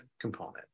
component